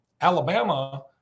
Alabama